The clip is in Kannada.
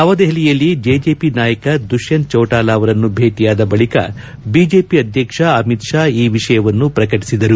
ನವದೆಹಲಿಯಲ್ಲಿ ಜೆಜೆಪಿ ನಾಯಕ ದುಷ್ಕಂತ್ ಚೌಟಾಲ ಅವರನ್ನು ಭೇಟಿಯಾದ ಬಳಕ ಬಿಜೆಪಿ ಅಧ್ಯಕ್ಷ ಅಮಿತ್ ಶಾ ಈ ವಿಷಯವನ್ನು ಪ್ರಕಟಿಸಿದರು